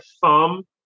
thumb